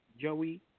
Joey